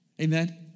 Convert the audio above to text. Amen